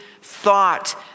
thought